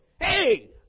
Hey